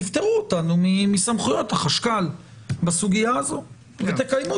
תפטרו אותנו מסמכויות החשכ"ל בסוגיה הזו ותקיימו